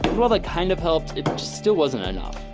well that kind of helps it just still wasn't enough